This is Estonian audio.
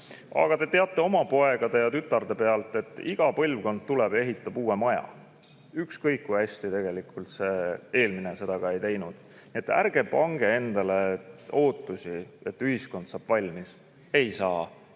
Aga te teate oma poegade ja tütarde pealt, et iga põlvkond tuleb ja ehitab uue maja, ükskõik kui hästi see eelmine seda ka ei teinud. Ärge pange endale ootusi, et ühiskond saab valmis. Ei saa!